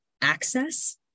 access